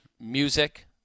music